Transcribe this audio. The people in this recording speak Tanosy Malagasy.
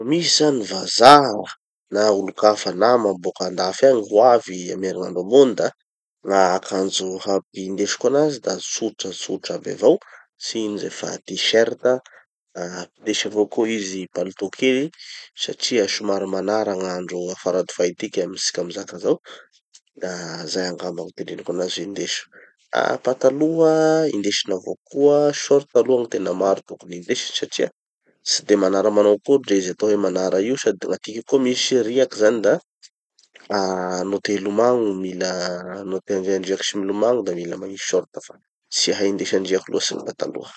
No misy zany vazaha, na olo-kafa nama boka andafy any ho avy amy herinandro ambony da, gn'akanjo hampidesiko anazy da tsotratsotra aby avao. Tsy ino zay fa t-shirt, ah ampidesy avao koa izy palto kely, satria somary manara gn'andro a faradofay atiky amy tsika mizaka zao. Da zay angamba gny ho teneniko anazy hoe indeso. Ah pataloha indesina avao koa, short aloha gny tena maro tokony hindesy satria tsy de manara manao akory ndre izy atao hoe manara io sady gn'atiky koa misy riaky zany da no te hilomano mila no te handeha andriaky sy milomagno da mila magnisy short fa tsy hay indesy andriaky loatsy gny pataloha.